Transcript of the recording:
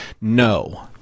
No